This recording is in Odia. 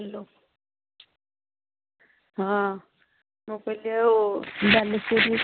ହ୍ୟାଲୋ ହଁ ମୁଁ କହିଲି ଆଉ ବାଲେଶ୍ୱରରୁ